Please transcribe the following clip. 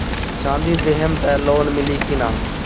चाँदी देहम त लोन मिली की ना?